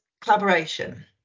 collaboration